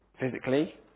physically